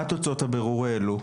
מה תוצאות הבירור העלו?